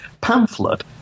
pamphlet